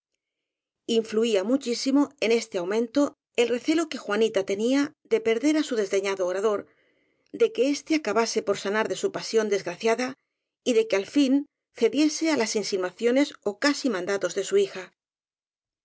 influía muchísimo en este aumento el recelo que juanita tenía de perder á su desdeñado adorador de que éste acabase por sanar de su pasión desgra ciada y de que al fin cediese á las insinuaciones ó casi mandatos de su hija